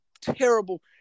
terrible